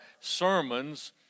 sermons